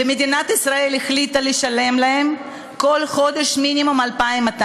ומדינת ישראל החליטה לשלם להם כל חודש מינימום 2,200 שקל.